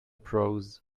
prose